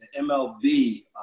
MLB